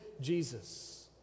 Jesus